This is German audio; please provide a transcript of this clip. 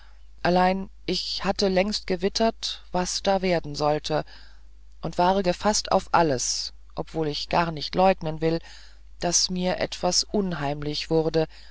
allein ich hatte längst gewittert was da werden sollte und war gefaßt auf alles obwohl ich gar nicht leugnen will daß mir etwas unheimlich wurde